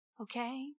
Okay